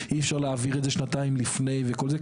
שאי אפשר להעביר את שנתיים לפני וכל זה,